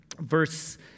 verse